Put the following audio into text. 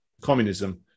communism